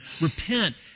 repent